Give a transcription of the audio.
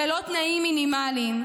ללא תנאים מינימליים,